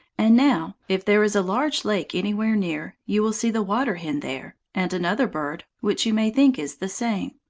and now, if there is a large lake anywhere near, you will see the water-hen there, and another bird, which you may think is the same,